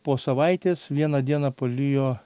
po savaitės vieną dieną palijo